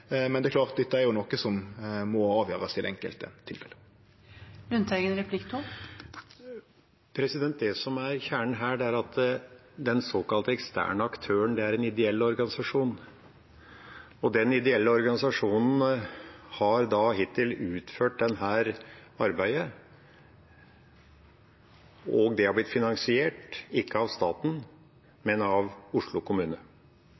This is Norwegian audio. Men det er klart – dette er jo noko som må avgjerast i det enkelte tilfellet. Det som er kjernen her, er at den såkalt eksterne aktøren er en ideell organisasjon. Den ideelle organisasjonen har hittil utført dette arbeidet, og det har blitt finansiert ikke av staten, men av Oslo kommune.